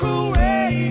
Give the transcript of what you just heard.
away